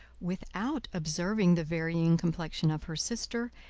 without observing the varying complexion of her sister,